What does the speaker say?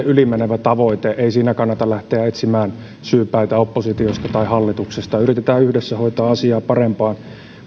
yli menevä tavoite ei siinä kannata lähteä etsimään syypäitä oppositiosta tai hallituksesta yritetään yhdessä hoitaa asiaa parempaan